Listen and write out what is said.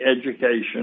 education